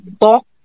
talk